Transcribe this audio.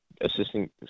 Assistant